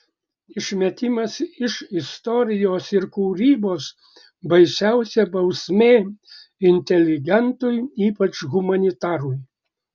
išmetimas iš istorijos ir kūrybos baisiausia bausmė inteligentui ypač humanitarui